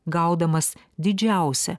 gaudamas didžiausią